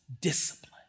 discipline